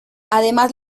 además